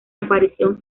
aparición